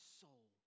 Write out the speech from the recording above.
soul